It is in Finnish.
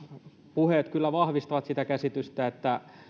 puheet kyllä vahvistavat sitä käsitystä että